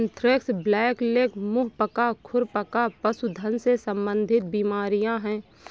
anthrax, blackleg, मुंह पका, खुर पका पशुधन से संबंधित बीमारियां हैं